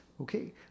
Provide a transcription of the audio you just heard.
okay